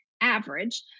average